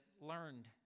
learned